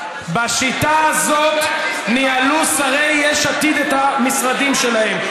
בשיטה הזאת ניהלו שרי יש עתיד את המשרדים שלהם.